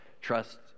Trust